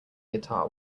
guitar